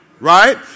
right